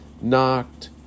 knocked